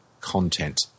content